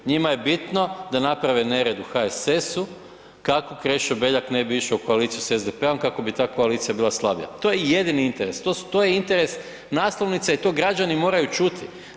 Njima je bitno da naprave nered u HSS-u kako Krešo Beljak ne bi išao u koaliciju sa SDP-om, kako bi ta koalicija bila slabija, to je jedini interes, to je interes naslovnice i to građani moraju čuti.